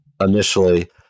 initially